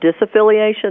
disaffiliation